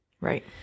Right